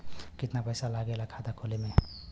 कितना पैसा लागेला खाता खोले में?